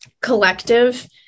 collective